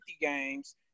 games